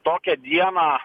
tokią dieną